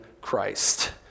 Christ